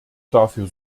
dafür